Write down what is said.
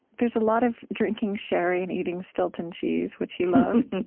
there's a lot of drinking sherry and eating stilton cheese, which he loved,